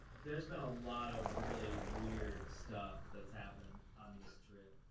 there's been a lot of really weird stuff that's happened on this trip.